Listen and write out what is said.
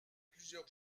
plusieurs